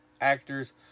actors